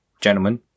gentlemen